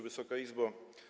Wysoka Izbo!